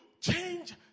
change